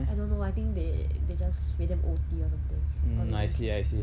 I don't know I think they they just make them O_T or something or they don't care